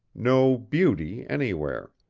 no beauty anywhere